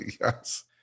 yes